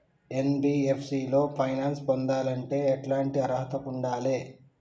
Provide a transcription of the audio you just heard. NBFC లో finance పొందాలంటే ఎట్లాంటి అర్హత ఉండాలే?